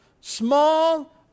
Small